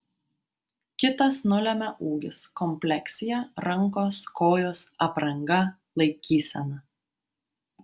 kitas nulemia ūgis kompleksija rankos kojos apranga laikysena